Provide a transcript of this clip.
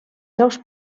seus